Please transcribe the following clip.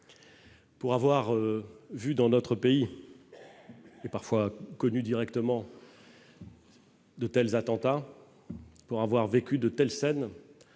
Pour avoir vu dans notre pays et parfois connu directement. De tels attentats pour avoir vécu de telles scènes